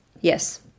Yes